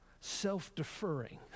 self-deferring